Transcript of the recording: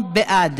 לגבי החוק שלפני,